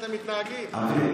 אתם מתנהגים יום-יום.